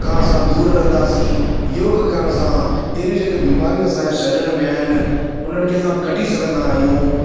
खां असां दूर रहंदासीं योग करण सां अहिड़ी जेके बीमारियूं असांजे शरीर में आहिनि उन्हनि खे असां कढ़ी सघंदा आहियूं